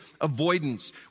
avoidance